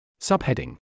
Subheading